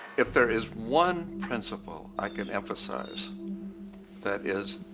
if there is one principle i could emphasize that is,